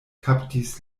kaptis